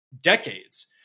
decades